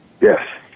Yes